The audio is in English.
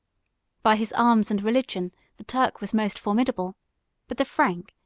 by his arms and religion the turk was most formidable but the frank,